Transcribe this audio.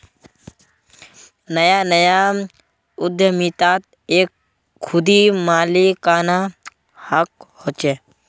नया नया उद्दमितात एक खुदी मालिकाना हक़ होचे